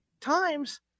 times